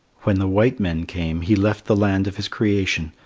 when the white men came, he left the land of his creation,